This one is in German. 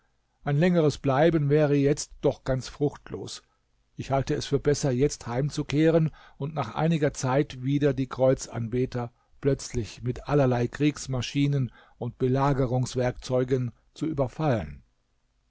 ein längeres bleiben wäre jetzt doch ganz fruchtlos ich halte es für besser jetzt heimzukehren und nach einiger zeit wieder die kreuzanbeter plötzlich mit allerlei kriegsmaschinen und belagerungswerkzeugen zu überfallen